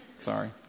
Sorry